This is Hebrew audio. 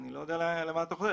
אני לא יודע למה אתה חותר.